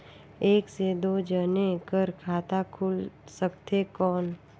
एक से दो जने कर खाता खुल सकथे कौन?